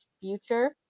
future